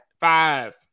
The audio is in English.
five